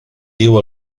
diu